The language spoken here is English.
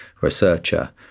researcher